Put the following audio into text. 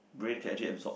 brain can actually absorb